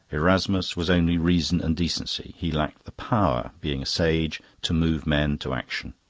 erasmus was only reason and decency he lacked the power, being a sage, to move men to action.